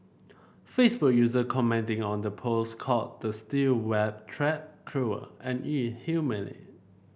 Facebook user commenting on the post called the steel wire trap cruel and inhumane